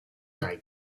dai